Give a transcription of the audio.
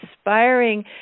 inspiring